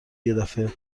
یدفعه